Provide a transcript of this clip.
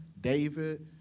David